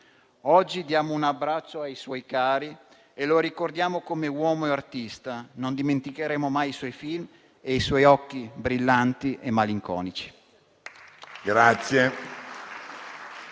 Oggi diamo un abbraccio ai suoi cari e lo ricordiamo come uomo e artista. Non dimenticheremo mai i suoi film e i suoi occhi brillanti e malinconici.